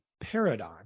paradigm